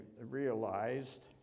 realized